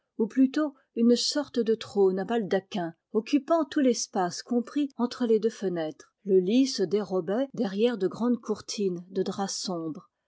ou plutôt une sorte de trône à baldaquin occupant tout l'espace compris entre les deux fenêtres le lit se dérobait derrière de grandes courtines de drap sombre